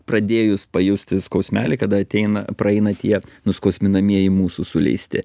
pradėjus pajusti skausmelį kada ateina praeina tie nuskausminamieji mūsų suleisti